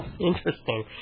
Interesting